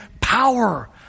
power